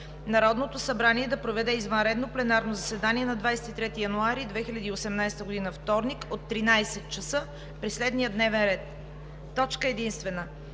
Народното събрание да проведе извънредно пленарно заседание на 23 януари 2018 г., от 13,00 ч., при следния Дневен ред: Точка единствена.